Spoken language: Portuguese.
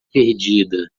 perdida